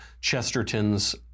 Chesterton's